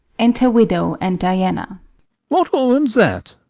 enter widow and diana what woman's that?